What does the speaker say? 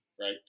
right